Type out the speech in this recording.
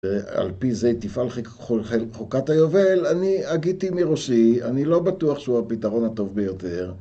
על פי זה תפעל חוקת היובל, אני הגיתי מראשי, אני לא בטוח שהוא הפתרון הטוב ביותר